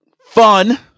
fun